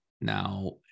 Now